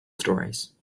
stories